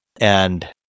And-